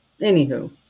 Anywho